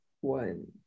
one